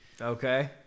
okay